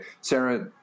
Sarah